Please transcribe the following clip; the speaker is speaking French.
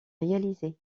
réaliser